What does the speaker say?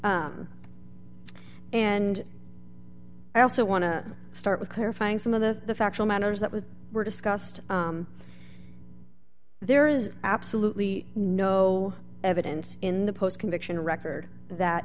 and i also want to start with clarifying some of the factual matters that was were discussed there is absolutely no evidence in the post conviction record that